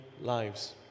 lives